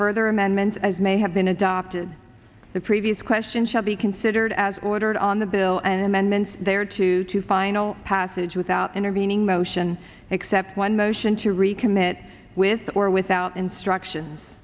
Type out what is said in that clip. further amendments as may have been adopted the previous question shall be considered as ordered on the bill and amendments there to two final passage without intervening motion except one motion to recommit with or without instruction